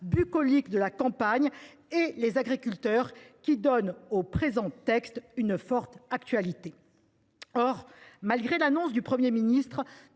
bucolique de la campagne, et les agriculteurs qui confère au présent texte une forte actualité. Cependant, bien que le Premier ministre